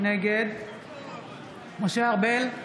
נגד משה ארבל,